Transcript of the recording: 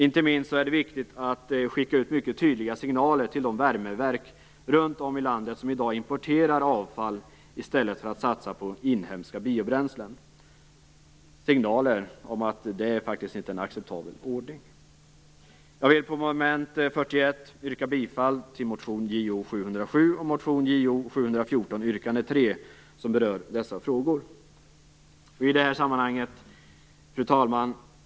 Inte minst är det viktigt att skicka ut mycket tydliga signaler till de värmeverk runt om i landet som i dag importerar avfall i stället för att satsa inhemska biobränslen om att det faktiskt inte är en acceptabel ordning. Jag vill under mom. 41 yrka bifall till motion Fru talman!